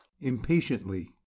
Impatiently